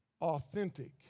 authentic